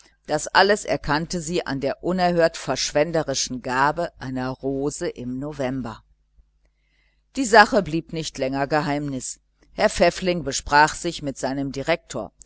das alles erkannte sie an der unerhört verschwenderischen gabe einer rose im november die sache blieb nicht länger geheimnis herr pfäffling besprach sie mit seinem direktor